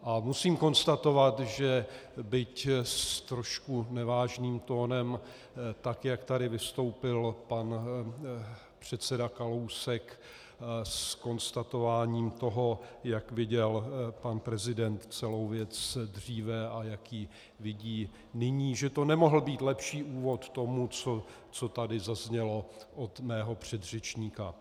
A musím konstatovat, že byť s trošku nevážným tónem, tak jak tady vystoupil pan předseda Kalousek s konstatováním toho, jak viděl pan prezident celou věc dříve a jak ji vidí nyní, že to nemohl být lepší úvod k tomu, co tady zaznělo od mého předřečníka.